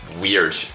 weird